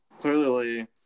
clearly